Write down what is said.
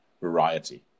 variety